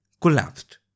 collapsed